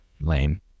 lame